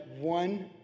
one